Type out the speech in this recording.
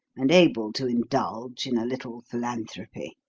and able to indulge in a little philanthropy.